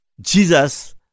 Jesus